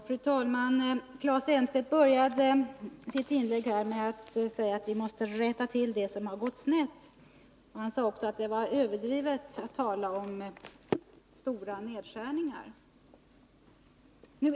Fru talman! Claes Elmstedt började sitt inlägg med att säga att vi måste rätta till det som gått snett. Han sade också att det var överdrivet att tala om stora nedskärningar.